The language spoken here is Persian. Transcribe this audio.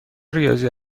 ریاضی